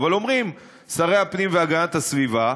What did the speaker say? אבל אומרים שרי הפנים והגנת הסביבה,